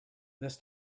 this